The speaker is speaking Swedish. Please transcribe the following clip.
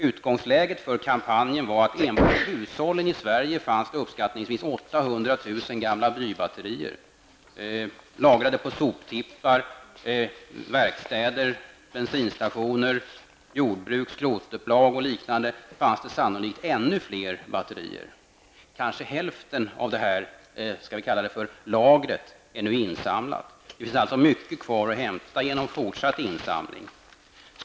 Utgångsläget i kampanjen var att enbart i hushållen i Sverige kunde det uppskattningsvis finnas 800 000 gamla blybatterier. Det fanns sannolikt ännu fler batterier lagrade på soptippar, verkstäder, bensinstationer, jordbruk, skrotupplag och liknande. Kanske hälften av detta ''lager'' är nu insamlat. Det finns alltså mycket kvar att hämta genom fortsatt insamling.